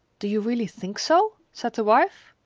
do you really think so said the wife.